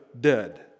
dead